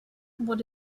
what